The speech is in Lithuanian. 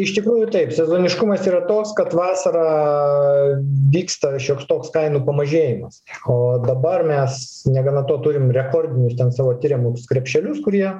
iš tikrųjų taip sezoniškumas yra toks kad vasarą vyksta šioks toks kainų pamažėjimas o dabar mes negana to turim rekordinius ten savo tiriamus krepšelius kurie